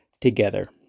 together